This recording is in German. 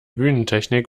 bühnentechnik